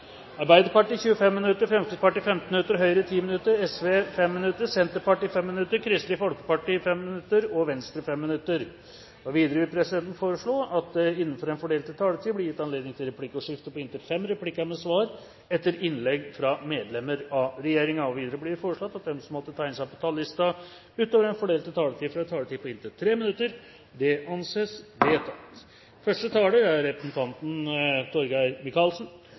Arbeiderpartiet 25 minutter, Fremskrittspartiet 15 minutter, Høyre 10 minutter, Sosialistisk Venstreparti 5 minutter, Senterpartiet 5 minutter, Kristelig Folkeparti 5 minutter og Venstre 5 minutter. Videre vil presidenten foreslå at det blir gitt anledning til replikkordskifte på inntil fem replikker med svar etter innlegg fra medlemmer av regjeringen. Videre blir det foreslått at de som måtte tegne seg på talerlisten utover den fordelte taletid, får en taletid på inntil 3 minutter. – Det anses vedtatt. Det er